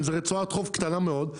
רצועת חוף קטנה מאוד,